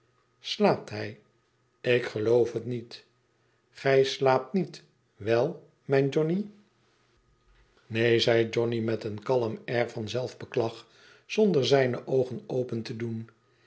slaapt hij f ik geloof het niet gij slaapt niet wel mijn johnny neen zei johnny met een kalm air van zelf beklag zonder zijne oogen open te doen